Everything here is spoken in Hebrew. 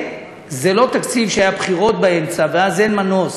זה לא תקציב שהיו בחירות באמצע ואז אין מנוס